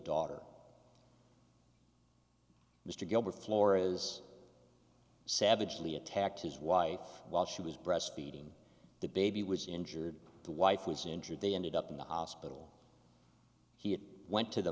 daughter mr gilbert floor is savagely attacked his wife while she was breast feeding the baby was injured the wife was injured they ended up in the hospital he went to the